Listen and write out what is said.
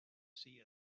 see